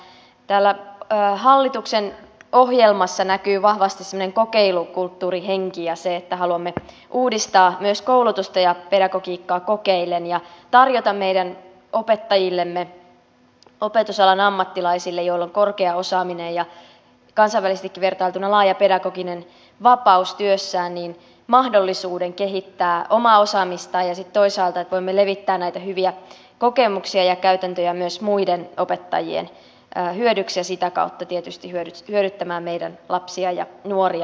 täällä hallituksen ohjelmassa näkyy vahvasti semmoinen kokeilukulttuurihenki ja se että haluamme uudistaa myös koulutusta ja pedagogiikkaa kokeillen ja tarjota meidän opettajillemme opetusalan ammattilaisille joilla on korkea osaaminen ja kansainvälisestikin vertailtuna laaja pedagoginen vapaus työssään mahdollisuuden kehittää omaa osaamistaan ja sitten toisaalta voimme levittää näitä hyviä kokemuksia ja käytäntöjä myös muiden opettajien hyödyksi ja sitä kautta tietysti hyödyttämään meidän lapsia ja nuoria oppijoina